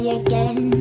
again